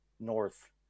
north